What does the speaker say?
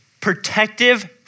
protective